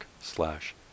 slash